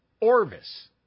Orvis